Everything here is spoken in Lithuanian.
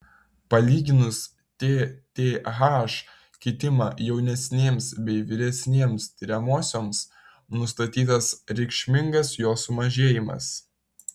palyginus tth kitimą jaunesnėms bei vyresnėms tiriamosioms nustatytas reikšmingas jo sumažėjimas